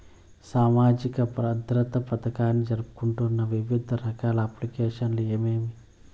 సామాజిక భద్రత పథకాన్ని జరుపుతున్న వివిధ రకాల అప్లికేషన్లు ఏమేమి?